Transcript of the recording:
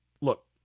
look